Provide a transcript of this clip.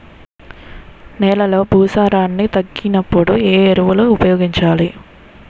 నెలలో భూసారాన్ని తగ్గినప్పుడు, ఏ ఎరువులు ఉపయోగించాలి?